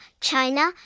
China